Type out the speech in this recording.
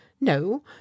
no